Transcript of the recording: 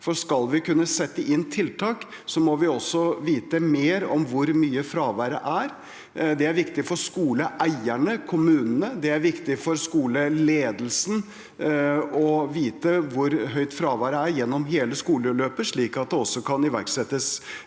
for skal vi kunne sette inn tiltak, må vi også vite mer om hvor mye fravær det er. Det er viktig for skoleeierne, for kommunene, og det er viktig for skoleledelsen å vite hvor høyt fraværet er gjennom hele skoleløpet, slik at det kan iverksettes